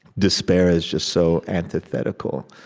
despair is just so antithetical.